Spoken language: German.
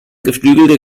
geflügelte